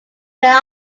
then